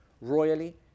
royally